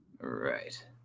Right